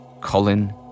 Colin